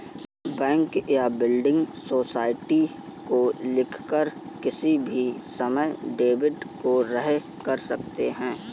bank या building society को लिखकर किसी भी समय डेबिट को रद्द कर सकते हैं